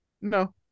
No